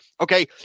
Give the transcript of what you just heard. Okay